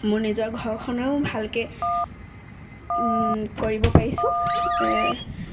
মোৰ নিজৰ ঘৰখনৰ ভালকৈ কৰিব পাৰিছোঁ